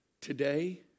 today